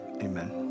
amen